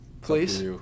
Please